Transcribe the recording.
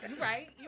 right